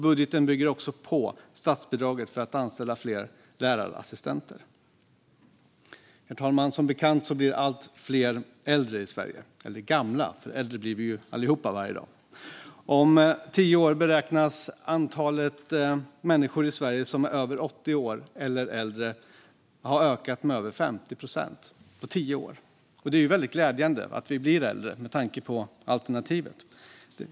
Budgeten bygger också på statsbidraget för att anställa fler lärarassistenter. Herr talman! Som bekant blir allt fler äldre i Sverige - eller gamla, för äldre blir vi ju allihop varje dag. Om tio år beräknas antalet människor i Sverige som är 80 år eller äldre ha ökat med över 50 procent. Det är glädjande att vi blir äldre, med tanke på alternativet!